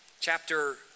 chapter